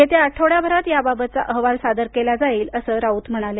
येत्या आठवडाभरात याबाबतचा अहवाल सादर केला जाईल अस राऊत म्हणाले